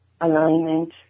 alignment